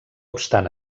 obstant